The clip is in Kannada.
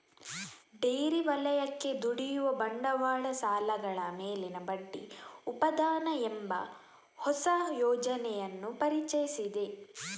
ಡೈರಿ ವಲಯಕ್ಕೆ ದುಡಿಯುವ ಬಂಡವಾಳ ಸಾಲಗಳ ಮೇಲಿನ ಬಡ್ಡಿ ಉಪಾದಾನ ಎಂಬ ಹೊಸ ಯೋಜನೆಯನ್ನು ಪರಿಚಯಿಸಿದೆ